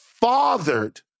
fathered